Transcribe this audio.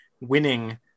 winning